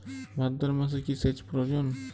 ভাদ্রমাসে কি সেচ প্রয়োজন?